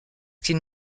qu’ils